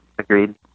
Agreed